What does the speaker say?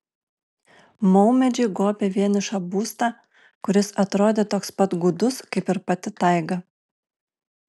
maumedžiai gobė vienišą būstą kuris atrodė toks pat gūdus kaip ir pati taiga